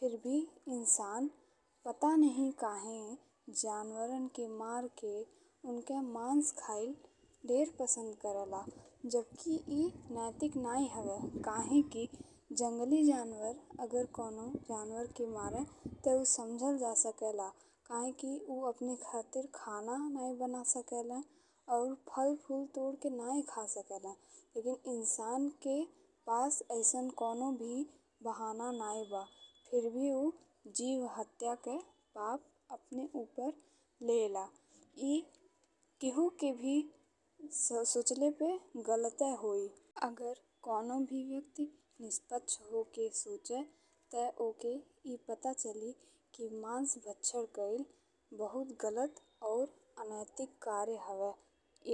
फिर भी इंसान पता नाहीं काहे जानवरन के मार के उनका मांस खइल ढेर पसंद करेला। जबकि ई नैतिक नाहीं हवे काहेकि जंगली जानवर अगर कवनो जानवर के मारे ते ऊ समझल जा सकेला। काहे कि ऊ अपने खातिर खाना नाहीं बना सकेले अउर फल-फूल तोड़ के नाहीं खा सकेले। लेकिन इंसान के पास अइसन कवनो भी बनाने नाहीं बा। फिर भी ऊ जीवहत्या के पाप अपने ऊपर लेला। ई केहू के भी सोचले पे गलते होइ। अगर कवनो भी व्यक्ति निष्पक्ष होके सोचे ते ओके ई पता चली कि मांस भक्षण कइल बहुत गलत अउर अनैतिक कार्य हवे।